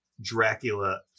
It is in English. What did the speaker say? Dracula